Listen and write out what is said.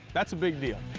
that's a big deal.